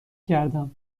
کردم